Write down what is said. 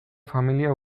familia